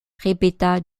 répéta